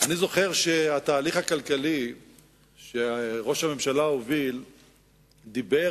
אני זוכר שבתהליך הכלכלי שראש הממשלה הוביל דובר